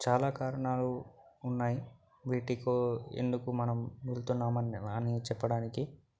చాలా కారణాలు ఉన్నాయి వీటికి ఎందుకు వెళ్తున్నామని చెప్పడానికి